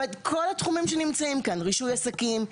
כל התחומים שנמצאים כאן: רישוי עסקים,